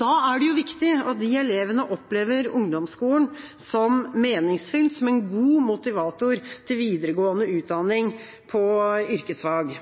Da er det viktig at de elevene opplever ungdomsskolen som meningsfylt, som en god motivator til videregående utdanning på yrkesfag.